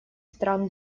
стран